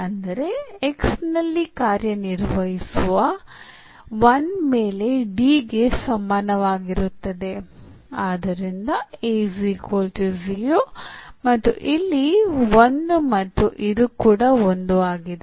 ಅಂದರೆ X ನಲ್ಲಿ ಕಾರ್ಯನಿರ್ವಹಿಸುವ 1 ಮೇಲೆ D ಗೆ ಸಮಾನವಾಗಿರುತ್ತದೆ ಆದ್ದರಿಂದ a 0 ಇದು ಇಲ್ಲಿ 1 ಮತ್ತು ಇದು ಕೂಡ 1 ಆಗಿದೆ